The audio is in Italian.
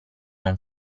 non